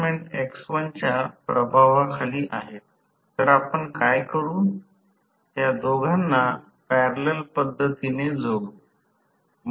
आधीच आम्हे single phase circuit चा थेट अभ्यास केला आहे आम्हे विद्युत प्रवाह परिमाणच्या I2 2 VThevenin 2 r r Thevenin r2 S whole 2 x Thevenin x 2 whole 2 हे समीकरण 26 हे लिहित आहोत